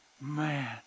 man